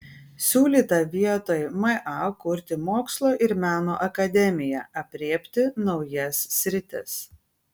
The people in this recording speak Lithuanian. siūlyta vietoj ma kurti mokslo ir meno akademiją aprėpti naujas sritis